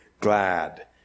glad